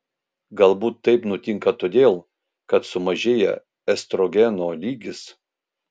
galbūt taip nutinka todėl kad sumažėja estrogeno lygis